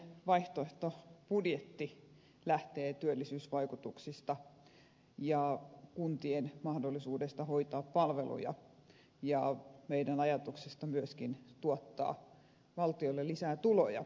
sosialidemokraattien vaihtoehtobudjetti lähtee työllisyysvaikutuksista ja kuntien mahdollisuudesta hoitaa palveluja ja meidän ajatuksestamme myöskin tuottaa valtiolle lisää tuloja